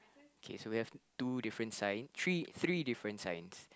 okay so we have two different signs three three different signs